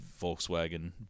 Volkswagen